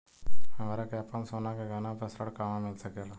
हमरा के आपन सोना के गहना पर ऋण कहवा मिल सकेला?